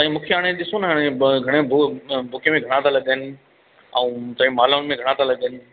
साईं मूंखे हाणे ॾिसो न घणे ॿ बुके में घणा था लॻनि ऐं तव्हांजी मालाउन में घणा था लॻनि